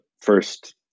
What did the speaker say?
first